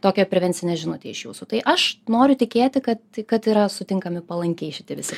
tokią prevencinę žinotę iš jūsų tai aš noriu tikėti kad kad yra sutinkami palankiai šiti visi